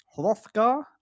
Hrothgar